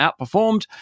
outperformed